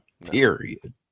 Period